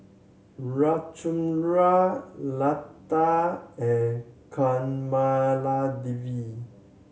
Ramchundra Lata and Kamaladevi